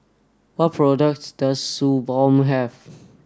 what products does Suu Balm have